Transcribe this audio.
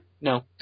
No